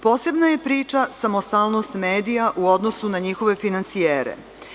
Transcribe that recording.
Posebna je priča samostalnost medija u odnosu na njihove finansijere.